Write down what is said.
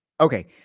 Okay